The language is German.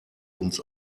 uns